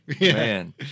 man